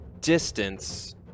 distance